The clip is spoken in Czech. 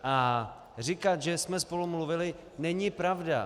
A říkat, že jsme spolu mluvili, není pravda.